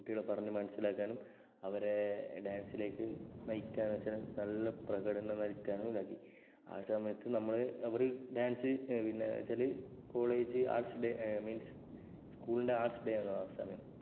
കുട്ടികളെ പറഞ്ഞു മനസിലാക്കാനും അവരെ ഡാൻസിലേക്ക് നയിക്കാനും നല്ല പ്രകടനം നയിക്കാനും ഇതാക്കി ആ സമയത്ത് നമ്മൾ അവർ ഡാൻസ് പിന്നെ എന്തെന്നു വച്ചാൽ കോളേജ് ആർട്സ് ഡേ മീൻസ് സ്കൂളിൻ്റെ ആർട്സ് ഡേയാണ് ആ സമയം